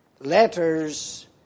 letters